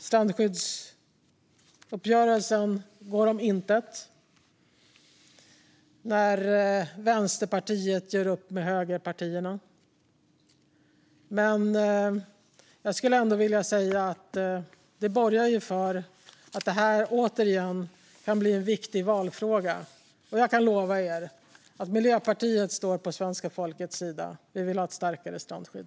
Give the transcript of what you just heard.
Strandskyddsuppgörelsen går om intet när Vänsterpartiet gör upp med högerpartierna. Men det borgar för att det här återigen kan bli en viktig valfråga. Jag kan lova er att Miljöpartiet står på svenska folkets sida. Vi vill ha ett starkare strandskydd.